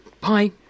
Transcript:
Bye